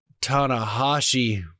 Tanahashi